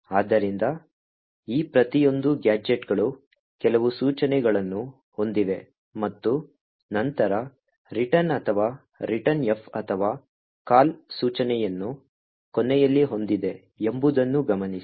ಆದ್ದರಿಂದ ಈ ಪ್ರತಿಯೊಂದು ಗ್ಯಾಜೆಟ್ಗಳು ಕೆಲವು ಸೂಚನೆಗಳನ್ನು ಹೊಂದಿವೆ ಮತ್ತು ನಂತರ return ಅಥವಾ returnf ಅಥವಾ call ಸೂಚನೆಯನ್ನು ಕೊನೆಯಲ್ಲಿ ಹೊಂದಿದೆ ಎಂಬುದನ್ನು ಗಮನಿಸಿ